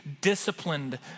disciplined